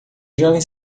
jovem